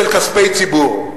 של כספי ציבור.